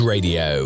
Radio